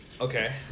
Okay